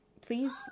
Please